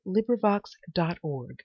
LibriVox.org